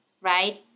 right